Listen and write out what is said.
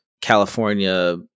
California